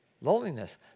Loneliness